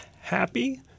happy